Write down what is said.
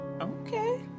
Okay